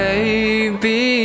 Baby